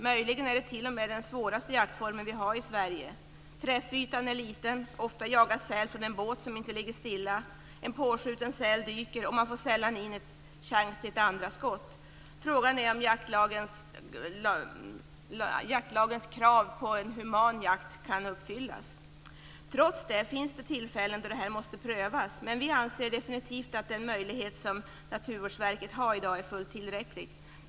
Möjligen är det t.o.m. den svåraste jaktformen vi har i Sverige. Träffytan är liten. Ofta jagas säl från en båt som inte ligger stilla. En påskjuten säl dyker, och man får sällan chans till ett andra skott. Frågan är om jaktlagens krav på en human jakt kan uppfyllas. Trots det finns det tillfällen då detta måste prövas, men vi anser definitivt att den möjlighet som Naturvårdsverket har i dag är fullt tillräcklig.